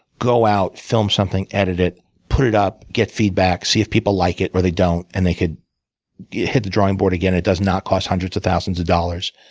go out, film something, edit it, put it up, get feedback, see if people like it or they don't, and they could hit the drawing board again, and it does not cost hundreds of thousands of dollars.